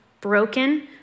broken